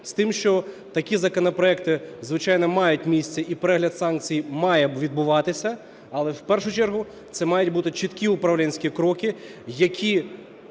з тим, що такі законопроекти, звичайно, мають місце і перегляд санкцій має відбуватися, але в першу чергу це мають бути чіткі управлінські кроки,